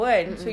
mm mm